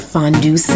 Fondue